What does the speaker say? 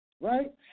Right